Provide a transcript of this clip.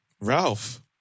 Ralph